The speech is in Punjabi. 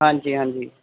ਹਾਂਜੀ ਹਾਂਜੀ